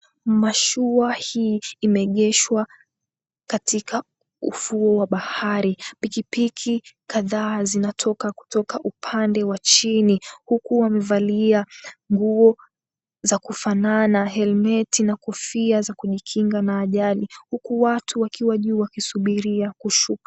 Mashua hii imeegeshwa katika ufuo wa bahari. Pikipiki kadhaa zinatoka kutoka upande wa chini, huku wamevalia nguo za kufanana helmeti na kofia za kijikinga na ajali, huku wakiwa juu wakisubiria kushuka.